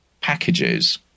packages